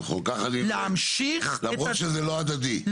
נכון, כך אני עושה, למרות שזה לא הדדי.